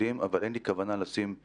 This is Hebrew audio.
אבל את לא תגידי לו איך להשיב.